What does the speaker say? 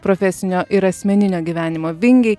profesinio ir asmeninio gyvenimo vingiai